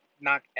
knock